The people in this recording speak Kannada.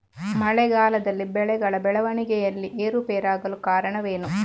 ಮಳೆಗಾಲದಲ್ಲಿ ಬೆಳೆಗಳ ಬೆಳವಣಿಗೆಯಲ್ಲಿ ಏರುಪೇರಾಗಲು ಕಾರಣವೇನು?